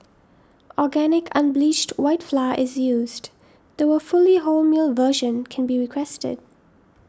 organic unbleached white flour is used though a fully wholemeal version can be requested